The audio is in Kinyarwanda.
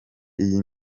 iyi